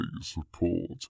support